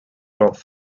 blocks